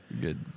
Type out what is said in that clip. good